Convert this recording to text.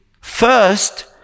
first